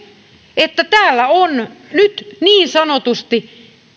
että täällä on nyt niin sanotusti